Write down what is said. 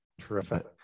Terrific